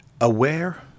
Aware